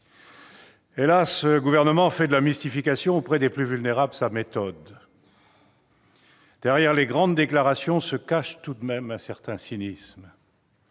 Hélas, ce gouvernement fait de la mystification auprès des plus vulnérables sa méthode. Derrière les grandes déclarations se cache tout de même un certain cynisme